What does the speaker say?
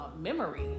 memory